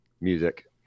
music